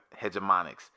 Hegemonics